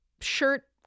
shirt